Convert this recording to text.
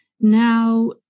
now